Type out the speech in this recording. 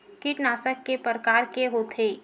कीटनाशक के प्रकार के होथे?